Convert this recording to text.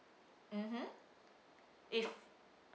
mmhmm if